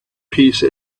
peace